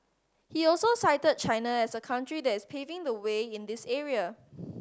he also cited China as a country that is paving the way in this area